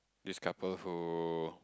this couple who